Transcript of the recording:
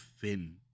thin